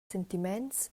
sentiments